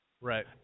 Right